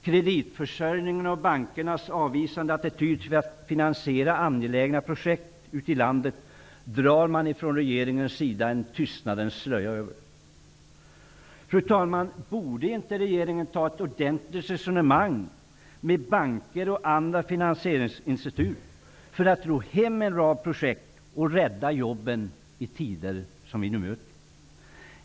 Kreditförsörjningen och bankernas avvisande attityd till att finansiera angelägna projekt ute i landet drar man från regeringens sida en tystnadens slöja över. Fru talman! Borde inte regeringen ta ett ordentligt resonemang med banker och andra finansieringsinstitut för att ro hem en rad projekt och rädda jobben i tider som vi nu möter?